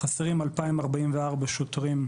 חסרים 2,044 שוטרים,